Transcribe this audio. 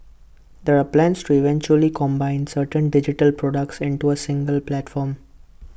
there are plans to eventually combine certain digital products into A single platform